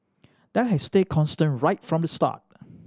that has stayed constant right from the start